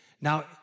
Now